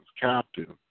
captive